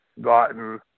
gotten